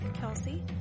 kelsey